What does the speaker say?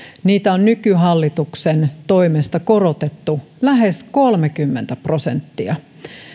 niitä on nykyhallituksen toimesta korotettu lähes kolmekymmentä prosenttia